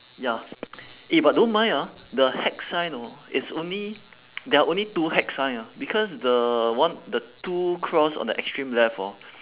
ya eh but don't mind ah the hex sign hor it's only there are only two hex sign ah because the one the two cross on the extreme left hor